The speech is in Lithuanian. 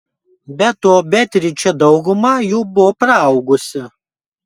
be to beatričė daugumą jų buvo praaugusi